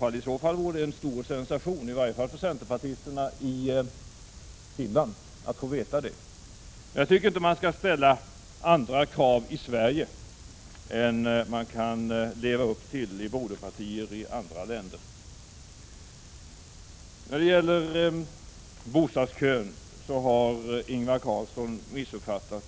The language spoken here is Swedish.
Det skulle vara en stor sensation, i alla fall för centerpartisterna i Finland, att få veta det. Jag tycker inte att man skall ställa andra krav i Sverige än man kan leva upp till i broderpartier i andra länder. När det gäller bostadskön har Ingvar Carlsson gjort en missuppfattning.